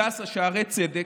הדסה, שערי צדק,